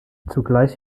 zugleich